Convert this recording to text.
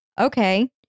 Okay